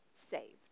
saved